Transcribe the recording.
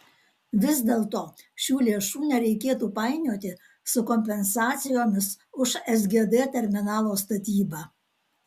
vis dėlto šių lėšų nereikėtų painioti su kompensacijomis už sgd terminalo statybą